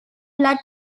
blood